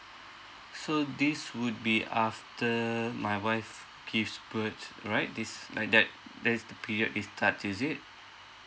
so this would be after my wife gives birth right this like that that is the period it starts is it